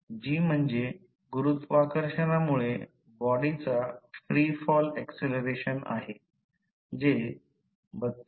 g म्हणजे गुरुत्वाकर्षणामुळे बॉडीचा फ्री फॉल ऍक्सलरेशन आहे जे 32